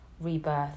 rebirth